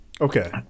Okay